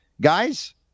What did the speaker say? Guys